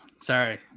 sorry